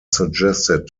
suggested